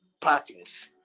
patterns